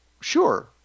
sure